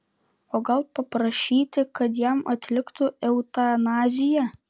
o gal paprašyti kad jam atliktų eutanaziją